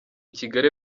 kigali